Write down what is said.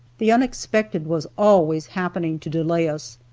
the unexpected was always happening to delay us.